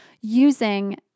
using